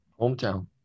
hometown